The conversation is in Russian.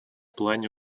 плане